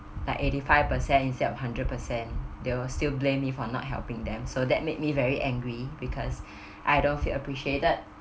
like eighty five percent instead of hundred percent there will still blame me for not helping them so that made me very angry because I don't feel appreciated